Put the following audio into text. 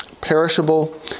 perishable